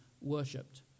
worshipped